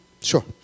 sure